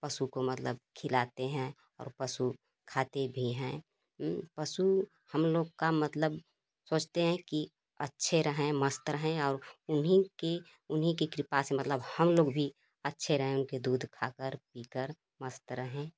पशु को मतलब खिलाते हैं और पशु खाती भी हैं पशु हम लोग का मतलब सोचते हैं की अच्छे रहें मस्त रहें और उन्हीं की उन्हीं की कृपा से मतलब हम लोग भी अच्छे रहें उनके दूध खाकर पीकर मस्त रहें